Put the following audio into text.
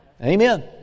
Amen